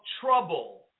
trouble